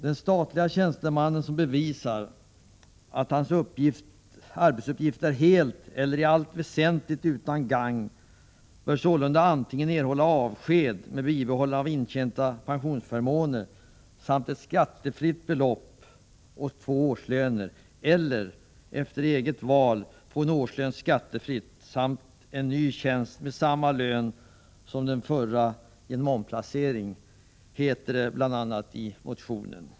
”Den statliga tjänsteman som bevisar att hans arbetsuppgift är helt eller i allt väsentligt utan gagn bör sålunda antingen erhålla avsked med bibehållande av intjänta pensionsförmåner samt ett skattefritt belopp och två årslöner eller efter eget val få en årslön skattefritt samt en ny tjänst med samma lön som den förra genom omplacering”, heter det bl.a. i motionen.